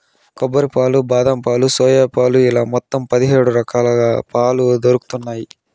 కొబ్బరి పాలు, బాదం పాలు, సోయా పాలు ఇలా మొత్తం పది హేడు రకాలుగా పాలు దొరుకుతన్నాయి